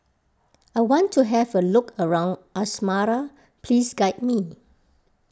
I want to have a look around Asmara please guide me